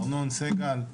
ארנון סגל,